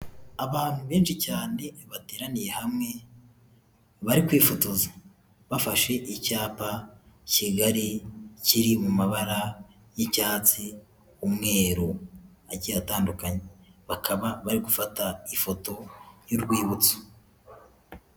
Abantu benshi cyane bateraniye hamwe bari kwifotoza, bafashe icyapa kigari kiri mu mabara y'icyatsi, umweru agiye atandukanye bakaba bari gufata ifoto y'urwibutso.